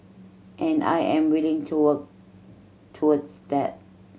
and I am willing to work towards that